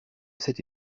cette